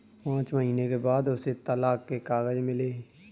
पांच महीने के बाद उसे तलाक के कागज मिले